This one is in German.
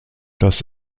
das